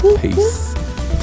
Peace